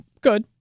good